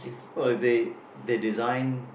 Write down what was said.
well they they're design